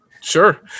Sure